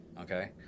Okay